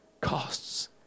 costs